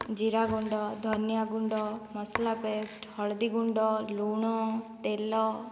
ଜିରାଗୁଣ୍ଡ ଧନିଆଗୁଣ୍ଡ ମସଲା ପେଷ୍ଟ ହଳଦୀଗୁଣ୍ଡ ଲୁଣ ତେଲ